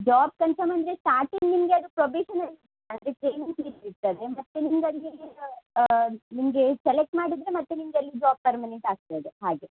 job confirm ಅಂದರೆ starting ನಿಮಗೆ ಅದು ಪ್ರೊಬೇಷನರಿ ಅಂದರೆ ಟ್ರೈನಿಂಗ್ ಪೀರಿಯಡ್ ಇರ್ತದೆ ಮತ್ತೆ ನಿಮ್ದು ಅಲ್ಲಿ ನಿಮಗೆ ಸೆಲೆಕ್ಟ್ ಮಾಡಿದರೆ ಮತ್ತೆ ನಿಮಗಲ್ಲಿ ಜಾಬ್ ಪರ್ಮನೆಂಟ್ ಆಗ್ತದೆ ಹಾಗೆ